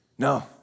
No